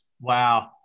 Wow